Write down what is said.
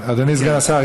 אדוני סגן השר,